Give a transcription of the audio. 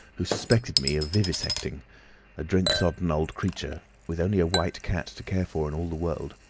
who suspected me of vivisecting a drink-sodden old creature, with only a white cat to care for in all the world.